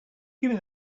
gimme